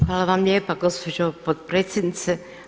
Hvala vam lijepa gospođo potpredsjednice.